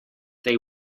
they